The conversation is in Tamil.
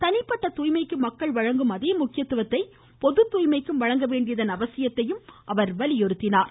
தனிப்பட்ட தூய்மைக்கு மக்கள் வழங்கும் அதே முக்கியத்துவத்தை பொது தூய்மைக்கும் வழங்க வேண்டியதன் அவசியத்தை அவர் வலியுறுத்தினார்